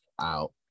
out